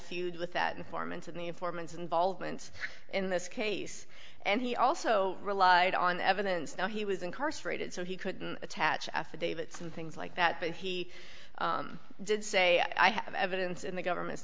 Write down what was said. feud with that informant in the informants involvement in this case and he also relied on evidence that he was incarcerated so he couldn't attach affidavits and things like that but he did say i have evidence in the government's